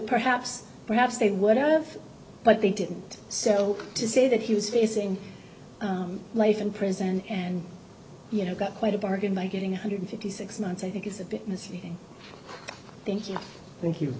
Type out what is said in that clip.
perhaps perhaps they would have but they didn't so to say that he was facing life in prison and you know got quite a bargain by getting hundred fifty six months i think is a bit misleading thank you thank you